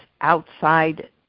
outside